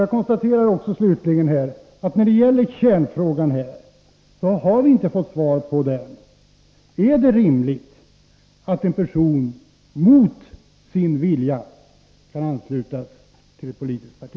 Jag konstaterar slutligen att vi ännu inte har fått svar på kärnfrågan: Är det rimligt att en person mot sin vilja kan anslutas till ett politiskt parti?